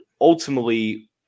ultimately